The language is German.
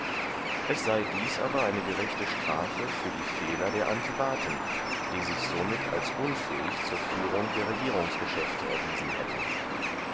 es sei dies aber eine gerechte strafe für die fehler der antibaten die sich somit als unfähig zur führung der regierungsgeschäfte erwiesen hätten